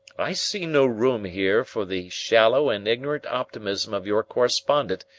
i see no room here for the shallow and ignorant optimism of your correspondent,